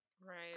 Right